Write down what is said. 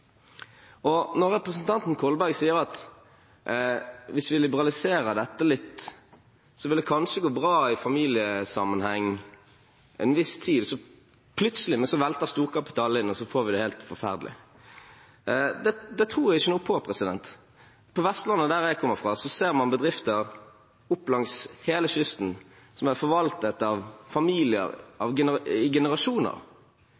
oss. Når representanten Kolberg sier at hvis vi liberaliserer dette litt, vil det kanskje gå bra i familiesammenheng en viss tid, men så velter plutselig storkapitalen inn, og så får vi det helt forferdelig – det tror jeg ikke noe på. På Vestlandet der jeg kommer fra, ser man langs hele kysten bedrifter som er forvaltet av familier